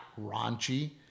raunchy